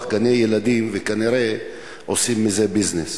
גני-ילדים וכנראה עושים מזה ביזנס.